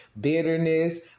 bitterness